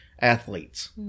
athletes